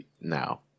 now